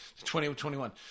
2021